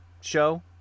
show